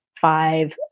five